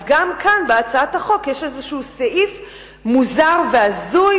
גם כאן בהצעת החוק יש איזה סעיף מוזר והזוי